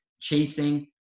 chasing